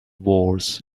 wars